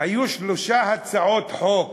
היו שלוש הצעות חוק,